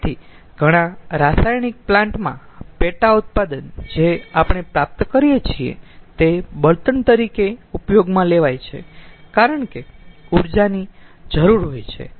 તેથી ઘણા રાસાયણિક પ્લાન્ટ માં પેટા ઉત્પાદન જે આપણે પ્રાપ્ત કરીયે છીએ તે બળતણ તરીકે ઉપયોગમાં લેવાય છે કારણ કે ઊર્જાની જરૂર હોય છે